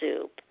soup